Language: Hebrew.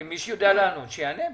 מי שיודע לענות שיענה,